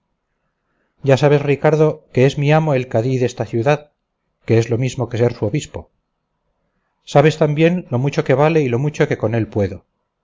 ya sabes ricardo que es mi amo el cadí desta ciudad que es lo mismo que ser su obispo sabes también lo mucho que vale y lo mucho que con él puedo